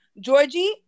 Georgie